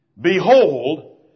Behold